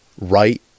right